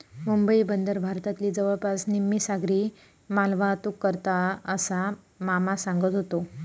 मुंबई बंदर भारतातली जवळपास निम्मी सागरी मालवाहतूक करता, असा मामा सांगत व्हतो